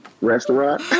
restaurant